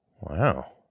Wow